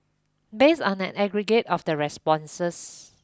based on an aggregate of the responses